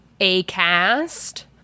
Acast